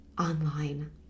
online